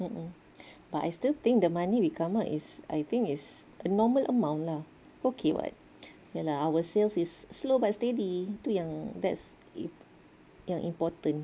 mm but I still think the money we come up is I think is normal amount lah okay what ya lah our sales is slow but steady tu yang that's imp~ yang important